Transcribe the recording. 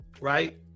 right